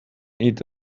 eat